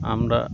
আমরা